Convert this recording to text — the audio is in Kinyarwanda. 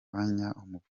umuvuduko